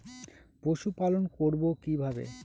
পশুপালন করব কিভাবে?